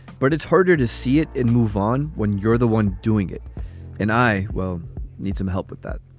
but it's harder to see it and move on. when you're the one doing it and i will need some help with that